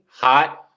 Hot